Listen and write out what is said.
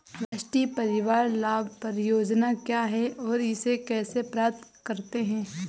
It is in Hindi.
राष्ट्रीय परिवार लाभ परियोजना क्या है और इसे कैसे प्राप्त करते हैं?